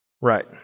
right